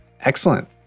Excellent